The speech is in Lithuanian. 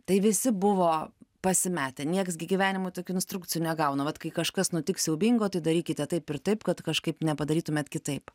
tai visi buvo pasimetę nieks gi gyvenimui tokių instrukcijų negauna vat kai kažkas nutiks siaubingo tai darykite taip ir taip kad kažkaip nepadarytumėt kitaip